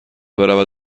برود